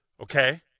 Okay